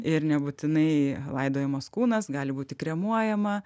ir nebūtinai laidojamas kūnas gali būti kremuojama